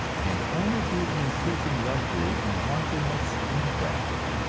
and only be increasing luxury and wantonness and graft.